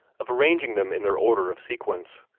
of arranging them in their order of sequence.